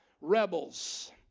rebels